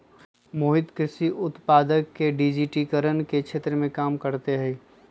मोहित कृषि उत्पादक के डिजिटिकरण के क्षेत्र में काम करते हई